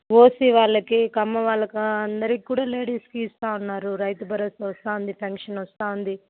OC వాళ్ళకి కమ్మవాళ్ళకి అందరికి కూడా లేడీస్కి ఇస్తూ ఉన్నారు రైతు భరోసా వస్తోంది పెన్షన్ వస్తోంది